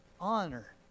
honor